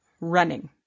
running